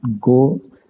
go